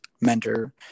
mentor